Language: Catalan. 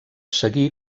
seguir